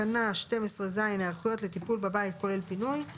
תקנה 12(ז) (היערכויות לטיפול בבית כולל פינוי);